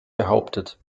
behauptet